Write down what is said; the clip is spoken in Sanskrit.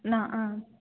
न आ